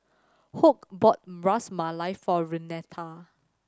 Hoke brought Ras Malai for Renata